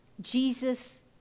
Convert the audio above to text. Jesus